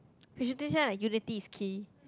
we should teach them like unity is key